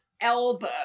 Elbow